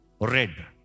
Red